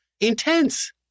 intense